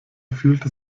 fühlte